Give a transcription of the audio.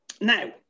Now